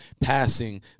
passing